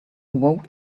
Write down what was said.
awoke